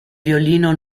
violino